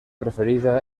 preferida